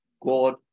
God